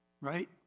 right